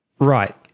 Right